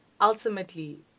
ultimately